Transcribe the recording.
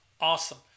awesome